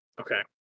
Okay